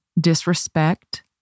disrespect